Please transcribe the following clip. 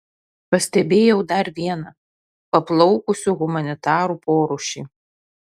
pastebėjau dar vieną paplaukusių humanitarų porūšį